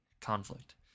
conflict